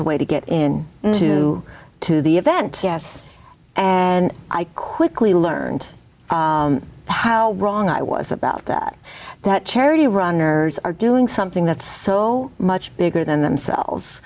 a way to get in to to the event yes and i quickly learned how wrong i was about that that charity runners are doing something that's so much bigger than themselves